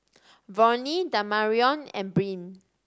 Volney Damarion and Brynn